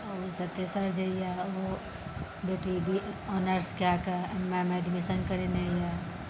आओर ओहिसँ तेसर जे यऽ ओ बेटी ऑनर्स कए कऽ एम एमे एडमिशन करेने यऽ